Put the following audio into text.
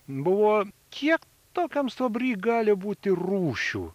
buvo kiek tokiam stuobry gali būti rūšių